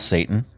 Satan